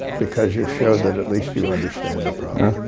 because you've showed that at least you understand the problem.